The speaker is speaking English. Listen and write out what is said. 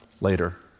later